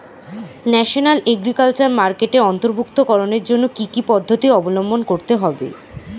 National agriculture মার্কেটে অন্তর্ভুক্তিকরণের জন্য কি কি পদ্ধতি অবলম্বন করতে হয়?